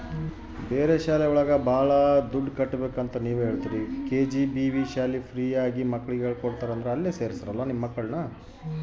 ಬೇರೆ ಶಾಲೆ ಒಳಗ ಭಾಳ ದುಡ್ಡು ಕಟ್ಬೇಕು ಆದ್ರೆ ಕೆ.ಜಿ.ಬಿ.ವಿ ಶಾಲೆ ಫ್ರೀ ಆಗಿ ಮಕ್ಳಿಗೆ ಹೇಳ್ಕೊಡ್ತರ